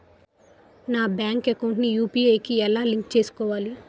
నా bank account ని UPI కి ఎలా లింక్ చేసుకోవాలి?